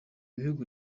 bihugu